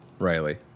Riley